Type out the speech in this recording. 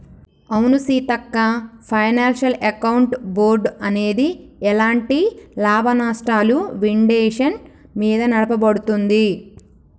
అవును Seethakka financial account board అనేది ఎలాంటి లాభనష్టాలు విండేషన్ మీద నడపబడుతుంది